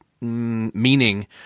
meaning